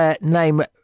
name